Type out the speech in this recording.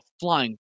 flying